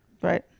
Right